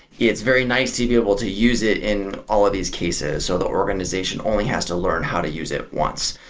it's very nice to be able to use it in all of these cases. so the organization only has to learn how to use it once.